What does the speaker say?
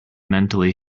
mentally